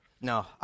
No